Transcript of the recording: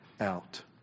out